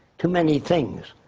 too many things.